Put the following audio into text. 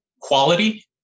quality